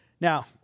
Now